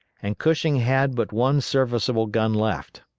and cushing had but one serviceable gun left.